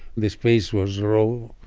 this place was raw,